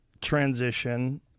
transition